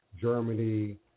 Germany